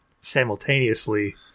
simultaneously